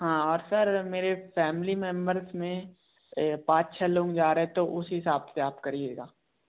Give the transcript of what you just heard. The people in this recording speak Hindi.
हाँ और सर मेरे फ़ैमिली मेंबर्स में पांच छ लोग जा रहे हैं तो उस हिसाब से आप करिएगा